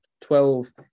Twelve